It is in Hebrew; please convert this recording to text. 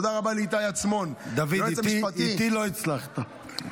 תודה רבה לאיתי עצמון -- דוד, איתי לא הצלחת.